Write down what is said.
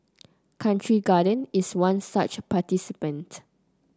Country Garden is one such participant